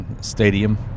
Stadium